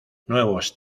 nuevos